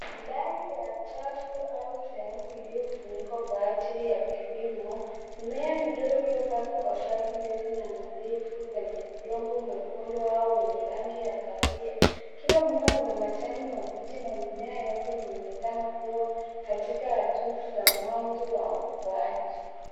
Ndani ya chafu au sehemu iliyofunikwa kwa ajili ya kilimo. Mimea midogo iliyopandwa kwa safu ndefu na nadhifu kwenye udongo mwekundu au wenye rangi ya kahawia. Kila mmea una majani mabichi na mimea yote inaonekana kuwa katika hatua za mwanzo wa ukuaji.